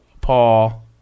Paul